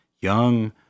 young